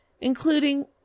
including